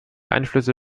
einflüsse